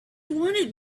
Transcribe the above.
wanted